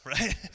right